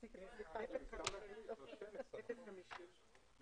בהפסקה היועצות המשפטיות דנו